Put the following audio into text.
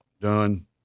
done